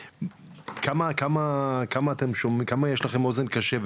כמה יש לכם אוזן קשבת,